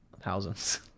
thousands